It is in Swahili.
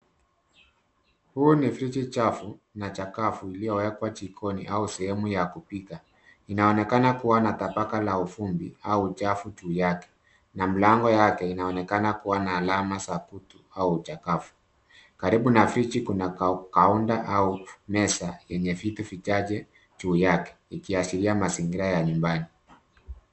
Huu ni friji chafu na chakavu uliowekewa jikoni au sehemu ya kupika. Inaonekana kuwa na tabaka la uvumbi au uchafu juu yake na mlango yake inaonekana kuwa na alama za kutu au uchakavu. Karibu na friji kuna kaunta au meza yenye vitu vichache juu yake, ikiashiria mazingira ya nyumbani.